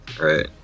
right